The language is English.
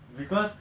dosa